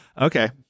okay